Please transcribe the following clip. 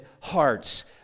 hearts